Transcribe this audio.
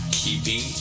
keeping